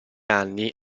anni